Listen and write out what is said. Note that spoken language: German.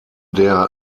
der